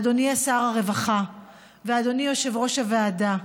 אדוני שר הרווחה ואדוני יושב-ראש הוועדה,